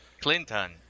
Clinton